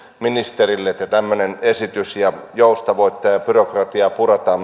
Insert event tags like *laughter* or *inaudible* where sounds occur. ministerille että on tämmöinen esitys ja myös tällä esityksellä joustavoitetaan ja byrokratiaa puretaan *unintelligible*